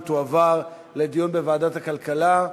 ותועבר לדיון בוועדת הכלכלה.